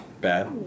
Bad